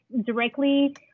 directly